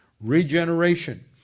Regeneration